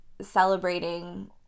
celebrating